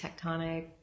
tectonic